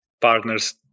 partners